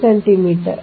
5 centimetre